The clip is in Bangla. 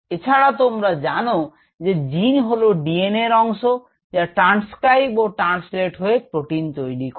এছাড়া তোমরা জানো যে জিন হল ডিএনএর অংশ যা ট্রান্সক্রাইব ও ট্রান্সলেট হয়ে প্রোটিন তৈরি করে